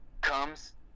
Comes